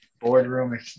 Boardroom